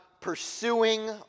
pursuing